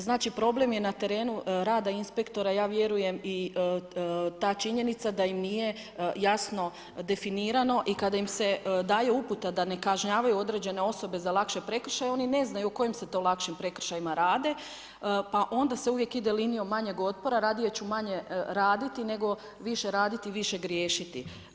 Znači problem je na terenu rada inspektora, ja vjerujem i ta činjenica, da im nije jasno definirano i kada im se daje uputa, da ne kažnjavaju određene osobe za lakše prekršaje, oni ne znaju o kojim se to lakšim prekršaja rade, pa onda se uvijek ide linijom manjeg otpora, radije ću manje raditi, nego više raditi i više griješiti.